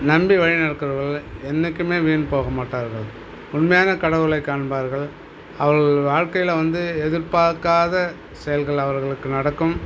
நம்பி வழி நடக்குறவர்கள் என்னைக்குமே வீண் போகமாட்டார்கள் உண்மையான கடவுளைக் காண்பார்கள் அவர்கள் வாழ்க்கையில் வந்து எதிர்பார்க்காத செயல்கள் அவர்களுக்கு நடக்கும்